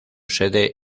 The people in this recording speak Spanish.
sede